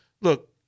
look